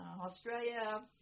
Australia